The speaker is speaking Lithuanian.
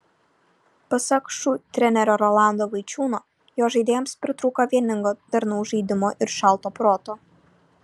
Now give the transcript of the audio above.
pasak šu trenerio rolando vaičiūno jo žaidėjams pritrūko vieningo darnaus žaidimo ir šalto proto